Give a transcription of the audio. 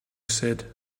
said